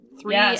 three